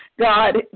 God